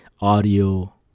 audio